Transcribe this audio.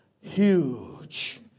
huge